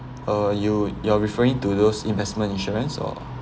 uh you you're referring to those investment insurance or